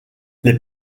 les